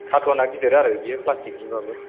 कार्टुना गिदिर आरो बेयो प्लासटिकनिबाबो